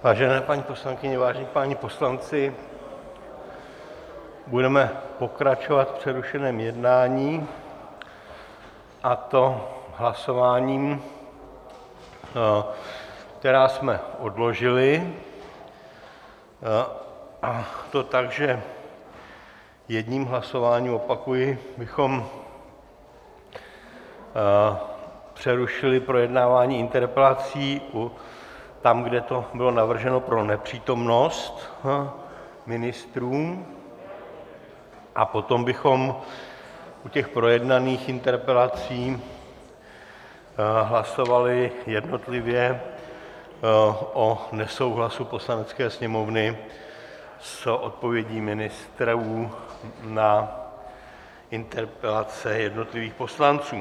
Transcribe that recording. Vážené paní poslankyně, vážení páni poslanci, budeme pokračovat v přerušeném jednání, a to hlasováními, která jsme odložili, a to tak, že jedním hlasováním, opakuji, bychom přerušili projednávání interpelací tam, kde to bylo navrženo pro nepřítomnost ministrů, a potom bychom u těch projednaných interpelací hlasovali jednotlivě o nesouhlasu Poslanecké sněmovny s odpovědí ministrů na interpelace jednotlivých poslanců.